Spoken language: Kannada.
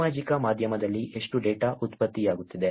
ಸಾಮಾಜಿಕ ಮಾಧ್ಯಮದಲ್ಲಿ ಎಷ್ಟು ಡೇಟಾ ಉತ್ಪತ್ತಿಯಾಗುತ್ತಿದೆ